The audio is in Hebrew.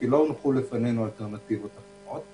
כי לא הונחו לפנינו אלטרנטיבות אחרות,